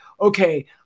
okay